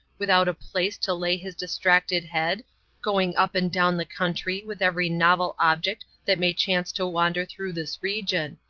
without a place to lay his distracted head going up and down the country, with every novel object that may chance to wander through this region.